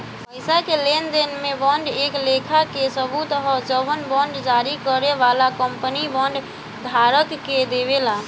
पईसा के लेनदेन में बांड एक लेखा के सबूत ह जवन बांड जारी करे वाला कंपनी बांड धारक के देवेला